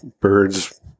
birds